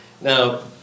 Now